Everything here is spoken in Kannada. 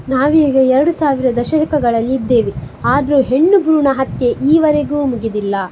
ನಾವೀಗ ಎರಡು ಸಾವಿರ ದಶಕಗಳಲಿದ್ದೇವೆ ಆದರೂ ಹೆಣ್ಣು ಭ್ರೂಣ ಹತ್ಯೆ ಈವರೆಗೂ ಮುಗಿದಿಲ್ಲ